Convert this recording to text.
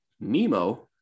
Nemo